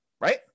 right